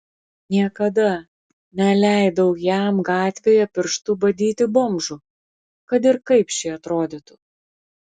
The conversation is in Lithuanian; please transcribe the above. niekada neleidau jam gatvėje pirštu badyti bomžų kad ir kaip šie atrodytų